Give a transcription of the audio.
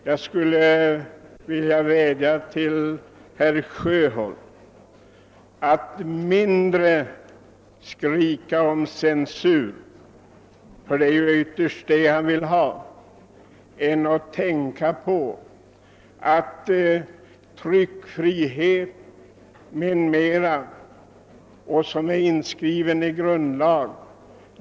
Jag vill vädja till herr Sjöholm att skrika litet mindre efter censur — ty det är ju censur han vill ha — och tänka litet mera på tryckfrihet och liknande, som är inskrivet i vår grundlag.